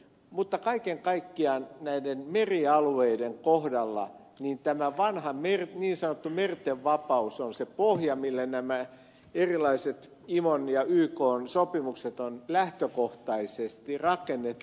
mutta kaiken kaikkiaan näiden merialueiden kohdalla tämä vanha niin sanottu merten vapaus on se pohja mille nämä erilaiset imon ja ykn sopimukset on lähtökohtaisesti rakennettu